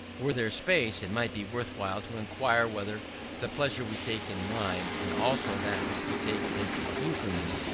were there space, it might be worthwhile to inquire whether the pleasure we take in rhyme, and also that which we take in euphony,